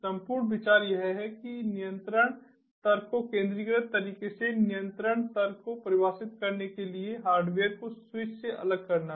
संपूर्ण विचार यह है कि नियंत्रण तर्क को केंद्रीकृत तरीके से नियंत्रण तर्क को परिभाषित करने के लिए हार्डवेयर को स्विच से अलग करना है